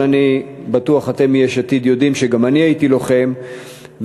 אבל אני בטוח שאתם מיש עתיד יודעים שגם אני הייתי לוחם ואני